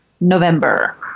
November